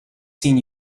seen